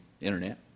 Internet